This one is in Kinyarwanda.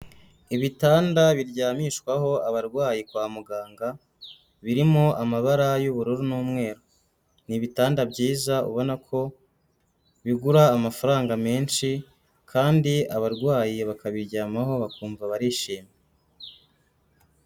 Ibitanda biryamishwaho abarwayi kwa muganga, birimo amabara y'ubururu n'umweru, ni ibitanda byiza ubona ko bigura amafaranga menshi, kandi abarwayi bakabiryamaho bakumva barishimye.